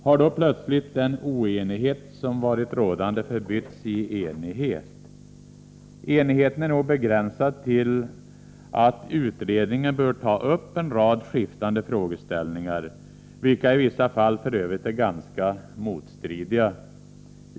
Har då plötsligt den oenighet som varit rådande förbytts i enighet? Enigheten är nog begränsad till uppfattningen att utredningen bör ta upp en rad skiftande frågeställningar, vilka i vissa fall f.ö. är ganska motstridiga.